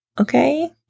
Okay